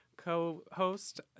Co-host